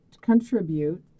contribute